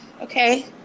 Okay